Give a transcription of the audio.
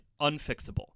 unfixable